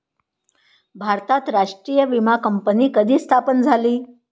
भारतात राष्ट्रीय विमा कंपनी कधी स्थापन झाली?